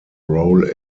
role